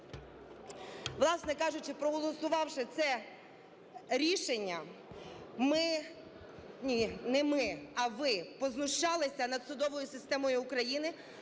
власне кажучи, проголосувавши це рішення, ми… ні, не ми, а ви, познущалися над судовою системою України,